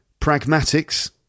pragmatics